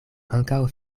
ankaŭ